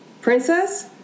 Princess